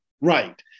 Right